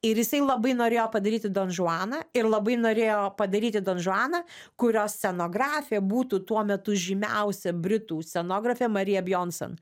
ir jisai labai norėjo padaryti don žuaną ir labai norėjo padaryti don žuaną kurios scenografė būtų tuo metu žymiausia britų scenografė marija bionsen